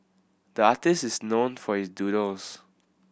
the artist is known for his doodles